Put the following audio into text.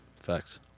Facts